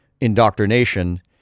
Indoctrination